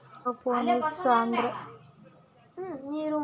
aeroponics ಅಂದ್ರ ನೀರು ಮತ್ತೆ ಪೋಷಕಾಂಶಗಳು ಎರಡ್ರಿಂದ ಸಸಿಗಳ್ನ ಬೆಳೆಸೊದಾಗೆತೆ